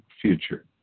future